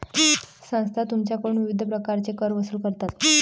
संस्था तुमच्याकडून विविध प्रकारचे कर वसूल करतात